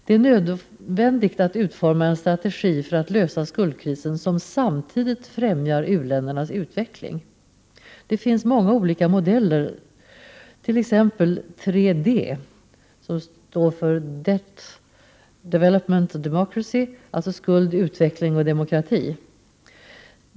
För att lösa skuldkrisen är det nödvändigt att utforma en strategi, som samtidigt främjar u-ländernas utveckling. Det finns många olika modeller, t.ex. 3D, som står för Debt, Development and Democracy, alltså skuld, utveckling och demokrati.